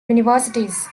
universities